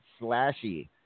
Slashy